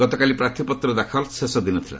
ଗତକାଲି ପ୍ରାର୍ଥୀପତ୍ର ଦାଖଲର ଶେଷ ଦିନ ଥିଲା